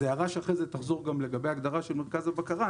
זאת הערה שתחזור אחר כך גם לגבי ההגדרה של מרכז הבקרה,